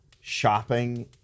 shopping